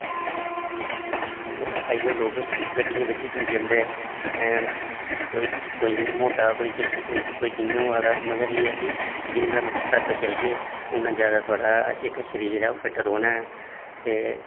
अज्जकल लोक गड्डियें बिच्च जंदे ऐं कोई इयां मोटा कोई किश कोई कियां होआ दा मगर एह् ऐ कि जिन्ना तुस पैदल चलगे उन्ना ज्यादा थुआढ़ा जेह्का शरीर ऐ ओह् फिट रौह्ना ऐ ते